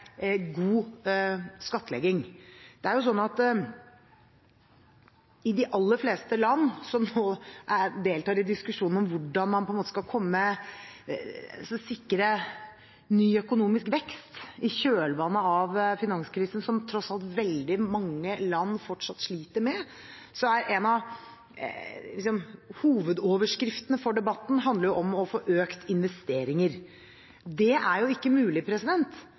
god skattlegging. Det er jo sånn at i de aller fleste land som nå deltar i diskusjonen om hvordan man skal sikre ny økonomisk vekst i kjølvannet av finanskrisen – som tross alt veldig mange land fortsatt sliter med – så er hovedoverskriften for debatten å få økte investeringer. Det er ikke mulig